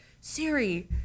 Siri